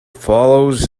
follows